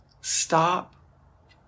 stop